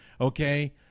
okay